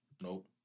Nope